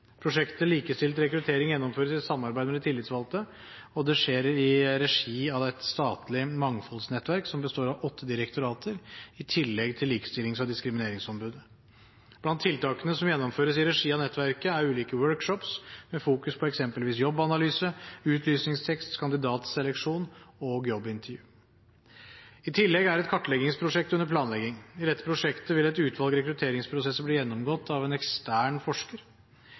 Prosjektet likestilt rekruttering gjennomføres i samarbeid med de tillitsvalgte, og det skjer i regi av et statlig mangfoldsnettverk som består av åtte direktorater i tillegg til Likestillings- og diskrimineringsombudet. Blant tiltakene som gjennomføres i regi av nettverket, er ulike workshops med fokus på eksempelvis jobbanalyse, utlysningstekst, kandidatseleksjon og jobbintervju. I tillegg er et kartleggingsprosjekt under planlegging. I dette prosjektet vil et utvalg rekrutteringsprosesser bli gjennomgått av en ekstern forsker.